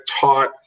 taught